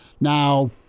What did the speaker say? Now